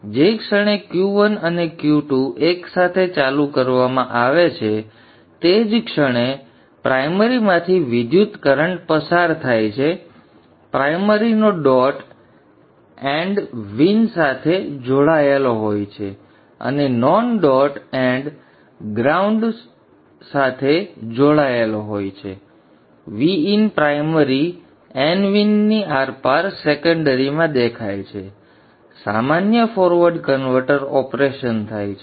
જે ક્ષણે Q1 અને Q2 એક સાથે ચાલુ કરવામાં આવે છે તે જ ક્ષણે પ્રાઇમરીમાંથી વિદ્યુતકરન્ટ પસાર થાય છે પ્રાઇમરીનો ડોટ એન્ડ Vin સાથે જોડાયેલો હોય છે અને નોન ડોટ એન્ડ ગ્રાઉંડ સાથે જોડાયેલો હોય છે Vin પ્રાઇમરી એનVin ની આરપાર સેકન્ડરીમાં દેખાય છે સામાન્ય ફોરવર્ડ કન્વર્ટર ઓપરેશન થાય છે